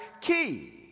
key